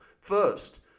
first